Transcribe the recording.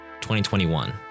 2021